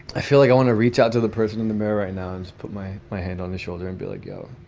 i feel like i want to reach out to the person in the mirror right now and put my my hand on the shoulder and be like, yo,